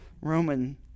Roman